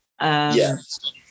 yes